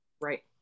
Right